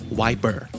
wiper